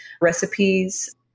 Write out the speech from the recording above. recipes